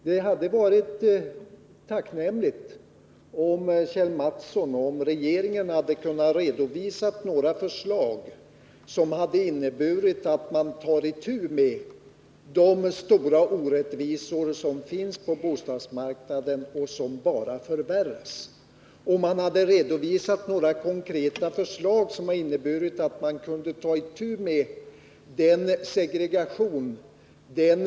Det hade varit tacknämligt om Kjell Mattsson och regeringen hade kunnat redovisa några förslag som hade inneburit att man kunnat ta itu med de stora orättvisor som finns på bostadsmarknaden och som bara förvärras och även några konkreta förslag för att komma till rätta med bostadssegregationen.